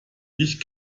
ich